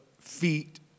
feet